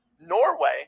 Norway